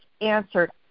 answered